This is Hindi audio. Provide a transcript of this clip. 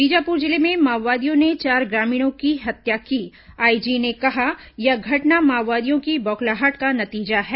बीजापुर जिले में माओवादियों ने चार ग्रामीणों की हत्या की आईजी ने कहा यह घटना माओवादियों की बौखलाहट का नतीजा है